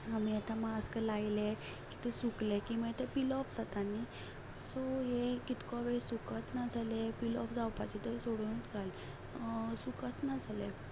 आमी आतां मास्क लायलें की तें सुकलें की तें मागीर पील ऑफ जाता न्ही सो तें कितको वेळ सुकत ना जालें पील ऑफ जावपाचे ते सुद्दां सोडुनूच घाल सुकत ना जालें